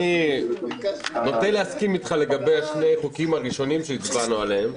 אני נוטה להסכים אתך לגבי שני החוקים הראשונים שהצבענו עליהם,